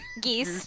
Geese